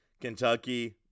Kentucky